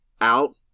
out